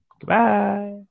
Goodbye